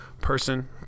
person